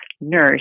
nurse